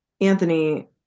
Anthony